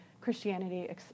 Christianity